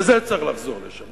וזה צריך לחזור לשם.